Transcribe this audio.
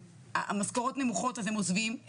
המשכורות נמוכות אז הם עוזבים,